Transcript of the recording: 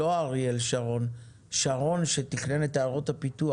לא אריאל שרון, שרון שתכנן את עיירות הפיתוח.